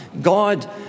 God